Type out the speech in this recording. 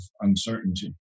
uncertainty